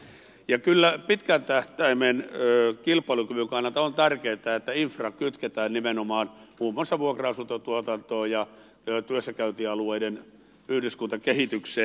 ja kyllä pitkän tähtäimen kilpailukyvyn kannalta on tärkeätä että infra kytketään nimenomaan muun muassa vuokra asuntotuotantoon ja työssäkäyntialueiden yhdyskuntakehitykseen